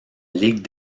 ligue